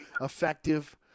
effective